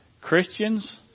Christians